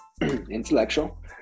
intellectual